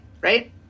right